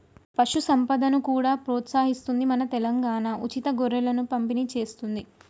పశు సంపదను కూడా ప్రోత్సహిస్తుంది మన తెలంగాణా, ఉచితంగా గొర్రెలను పంపిణి చేస్తుంది